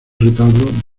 retablo